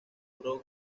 pro